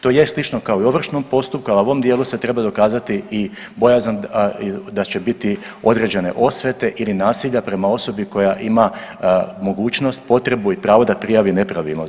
To je slično kao i u ovršnom postupku, a u ovom dijelu se treba dokazati i bojazan da će biti određene osvete ili nasilja prema osobi koja ima mogućnost, potrebu i pravo da prijavi nepravilnost.